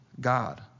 God